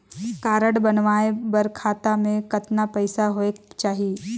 Card बनवाय बर खाता मे कतना पईसा होएक चाही?